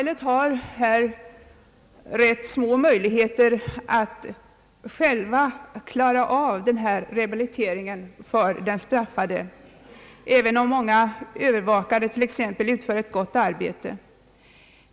Detta har rätt små möjligheter att självt klara av rehabiliteringen för den straffade, även cm många övervakare utför ett gott arbete.